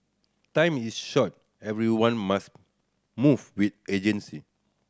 time is short everyone must move with urgency